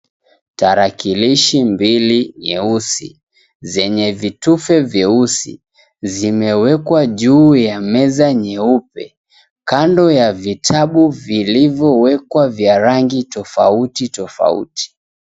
Tarakilishi mbili nyeusi zenye vitufe vyeusi, zimewekwa juu ya meza nyeupe, kando ya vitabu viliyowekwa vya rangi tofauti tofauti.